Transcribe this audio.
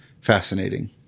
fascinating